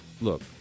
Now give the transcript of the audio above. look